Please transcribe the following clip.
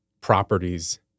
properties